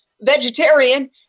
vegetarian